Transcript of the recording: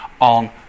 on